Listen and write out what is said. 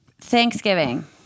Thanksgiving